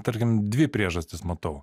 tarkim dvi priežastis matau